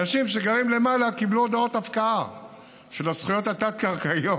אנשים שגרים למעלה קיבלו הודעות הפקעה של הזכויות התת-קרקעיות,